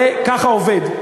זה ככה עובד.